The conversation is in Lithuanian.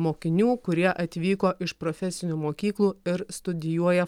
mokinių kurie atvyko iš profesinių mokyklų ir studijuoja